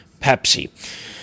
Pepsi